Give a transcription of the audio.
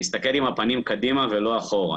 להסתכל עם הפנים קדימה ולא אחורה.